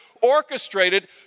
orchestrated